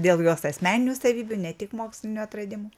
dėl jos asmeninių savybių ne tik mokslinių atradimų